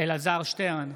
אלעזר שטרן,